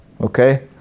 Okay